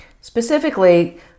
specifically